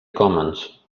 commons